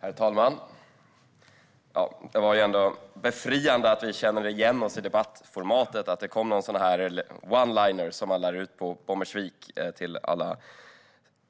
Herr talman! Det är ju befriande att vi känner igen oss i debattformatet. Det kom en sådan där oneliner som man lär ut på Bommersvik till alla